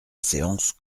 séance